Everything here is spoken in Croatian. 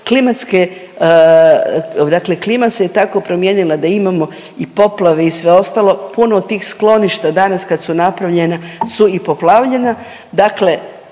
klima se tako promijenila da imamo i poplave i sve ostalo, puno tih skloništa, danas kad su napravljena su i poplavljena, dakle